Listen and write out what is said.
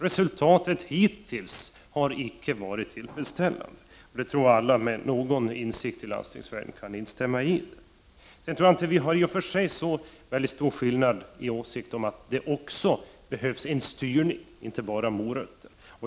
Resultatet hittills har icke varit tillfredsställande — det tror jag att alla med någon insikt i landstingsvärlden kan instämma i. Sedan tror jag inte att vi i och för sig är så oense om att det också behövs en styrning — inte bara morötter.